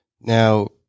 Now